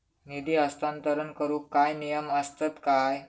निधी हस्तांतरण करूक काय नियम असतत काय?